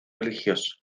religioso